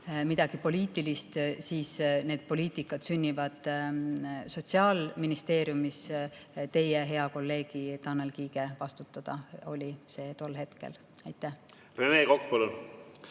midagi poliitilist, siis need poliitikad sünnivad Sotsiaalministeeriumis. Teie hea kolleegi Tanel Kiige vastutada oli see tol hetkel. Aitäh!